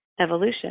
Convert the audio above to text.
evolution